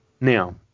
Now